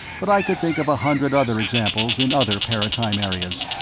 but i could think of a hundred other examples in other paratime areas.